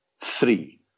three